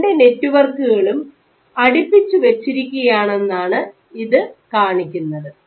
ഈ രണ്ടു നെറ്റ്വർക്കുകളും അടുപ്പിച്ചു വെച്ചിരിക്കുകയാണെന്നാണ് ഇത് കാണിക്കുന്നത്